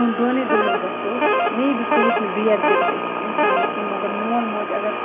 ہُنٛد دوٚنٕے دۄہَن گژھو مے بی سُہ ہیٚکہِ نہٕ بِیَر کٔرِتھ أکِس اِنسانَس کینٛہہ مگر مول موج اگر